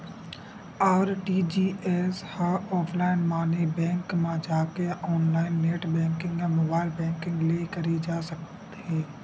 RTGS ह offline माने bank म जाके या ऑनलाईन नेट बेंकिंग या मोबाईल बेंकिंग ले करे जा सकत हे